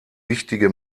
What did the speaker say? wichtige